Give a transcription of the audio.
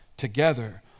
together